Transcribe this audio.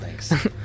thanks